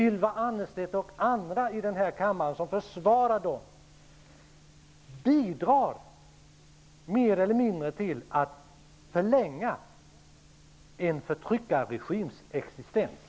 Ylva Annerstedt och andra i denna kammare som försvarar dem mer eller mindre bidrar till att förlänga en förtryckarregims existens.